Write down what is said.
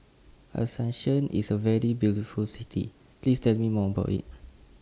Asuncion IS A very beautiful City Please Tell Me More about IT